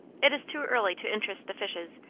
it is too early to interest the fishes.